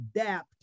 adapt